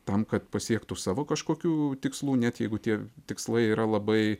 tam kad pasiektų savo kažkokių tikslų net jeigu tie tikslai yra labai